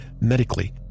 medically